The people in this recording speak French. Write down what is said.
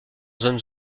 zones